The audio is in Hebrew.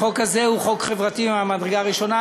החוק הזה הוא חוק חברתי ממדרגה ראשונה.